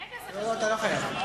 לא, אתה לא חייב.